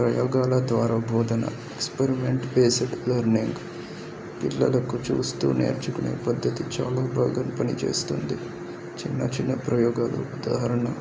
ప్రయోగాల ద్వారా బోధన ఎక్స్పరిమెంట్ బేస్డ్ లర్నింగ్ పిల్లలకు చూస్తూ నేర్చుకునే పద్ధతి చాలా బాగాను పనిచేస్తుంది చిన్న చిన్న ప్రయోగాలు ఉదాహరణ